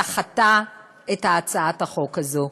דחתה את הצעת החוק הזאת.